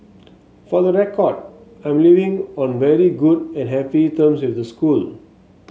for the record I'm leaving on very good and happy terms with the school